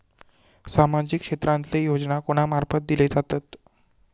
सामाजिक क्षेत्रांतले योजना कोणा मार्फत दिले जातत?